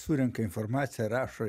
surenka informaciją rašo